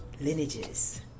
lineages